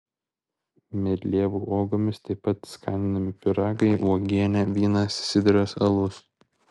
medlievų uogomis taip pat skaninami pyragai uogienė vynas sidras alus